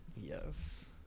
Yes